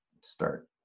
Start